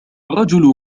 الرجل